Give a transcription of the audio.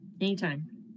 Anytime